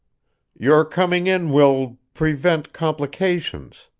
your coming in will prevent complications.